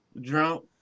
Drunk